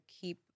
keep